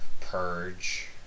Purge